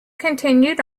continued